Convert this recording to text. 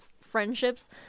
friendships